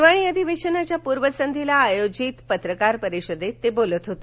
हिवाळी अधिवेशनाच्या पूर्वसंध्येला आयोजित पत्रकार परिषदेत ते बोलत होते